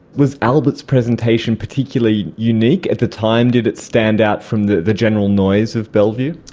was albert's presentation particularly unique? at the time did it stand out from the the general noise of bellevue?